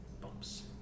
bumps